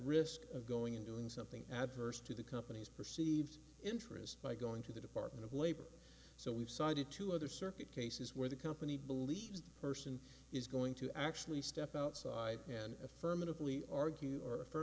risk of going and doing something adverse to the company's perceived interest by going to the department of labor so we've cited two other circuit cases where the company believes that person is going to actually step outside and affirmatively argue or